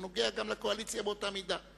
הוא נוגע לקואליציה באותה מידה.